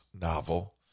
novel